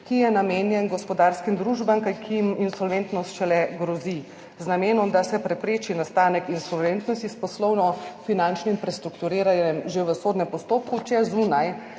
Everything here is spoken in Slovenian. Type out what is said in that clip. ki je namenjen gospodarskim družbam, ki jim insolventnost šele grozi, z namenom, da se prepreči nastanek insolventnosti s poslovno-finančnim prestrukturiranjem že v sodnem postopku, če